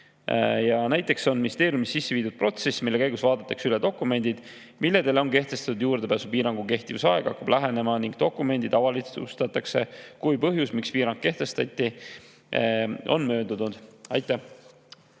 Näiteks on ministeeriumis sisse viidud protsess, mille käigus vaadatakse üle dokumendid, millele kehtestatud juurdepääsupiirangu kehtivuse aeg hakkab [lõppema] ning dokumendid avalikustatakse, kui põhjust, miks piirang kehtestati, enam ei ole. Aitäh!